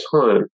time